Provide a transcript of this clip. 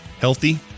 Healthy